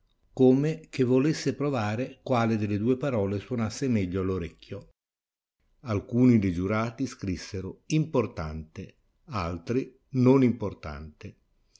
come che volesse provare quale delle due parole suonasse meglio all'orecchio alcuni de giurati scrissero importante altri non importante